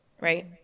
right